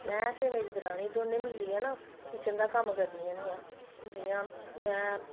में ते मेरी दरानी दोनें मिलियै ना किचन दा कम्म करनियां होन्नियां जि'यां में